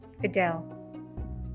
Fidel